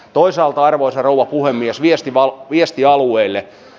toisaalta arvoisa rouva puhemies viesti alueille